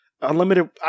Unlimited